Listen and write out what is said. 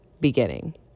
beginning